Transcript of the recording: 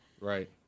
Right